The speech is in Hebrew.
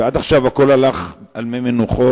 ועד עכשיו הכול הלך על מי מנוחות.